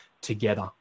together